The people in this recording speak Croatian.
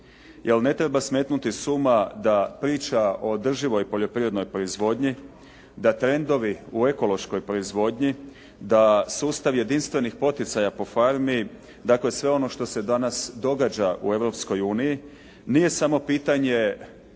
ne treba smetnuti s uma da priča o održivoj poljoprivrednoj proizvodnji, da trendovi u ekološkoj proizvodnji, da sustav jedinstvenih poticaja po farmi, dakle sve ono što se danas događa u Europskoj uniji nije samo pitanje